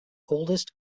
oldest